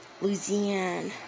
Louisiana